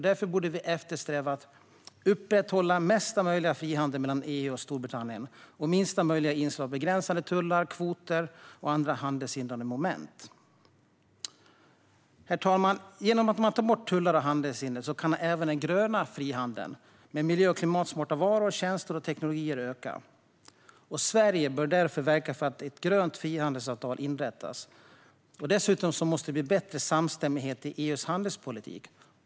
Därför borde vi eftersträva att upprätthålla mesta möjliga frihandel mellan EU och Storbritannien och sträva efter minsta möjliga inslag av begränsande tullar, kvoter och andra handelshindrande moment. Herr talman! Genom att man tar bort tullar och handelshinder kan även den gröna frihandeln med miljö och klimatsmarta varor, tjänster och teknologier öka. Sverige bör därför verka för att ett grönt frihandelsavtal inrättas. Dessutom måste det bli bättre samstämmighet i EU:s handelspolitik.